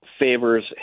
favors